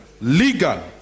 legal